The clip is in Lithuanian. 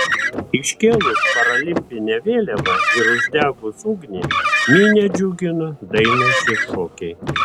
iškėlus paralimpinę vėliavą ir uždegus ugnį minią džiugino dainos ir šokiai